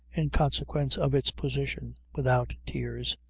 in consequence of its position, without tears.